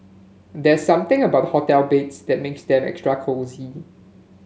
there's something about the hotel beds that makes them extra cosy